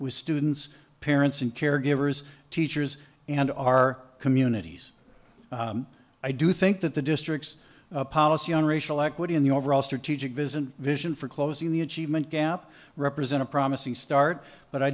with students parents and caregivers teachers and our communities i do think that the district's policy on racial equity and the overall strategic vision vision for closing the achievement gap represent a promising start but i